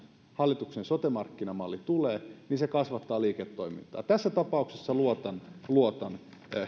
hallituksen sote markkinamalli tulee niin se kasvattaa liiketoimintaa tässä tapauksessa luotan heihin